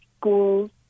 Schools